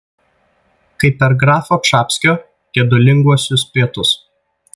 kaip per grafo čapskio gedulinguosius pietus